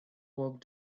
walked